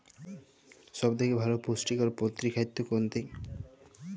সব থেকে ভালো পুষ্টিকর পোল্ট্রী খাদ্য কোনটি?